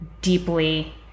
deeply